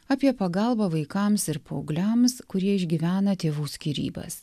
apie pagalbą vaikams ir paaugliams kurie išgyvena tėvų skyrybas